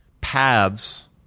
paths